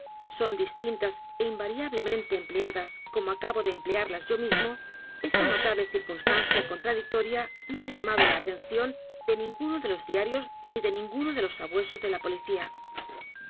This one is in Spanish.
son distintas é invariablemente empleadas como acabo de emplearlas yo mismo esa notable circunstancia contradictoria no h a llamado la atención de ninguno de los diarios ni de ninguno de los sabuesos de la policía